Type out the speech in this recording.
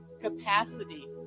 capacity